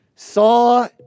saw